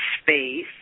space